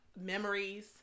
memories